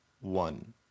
one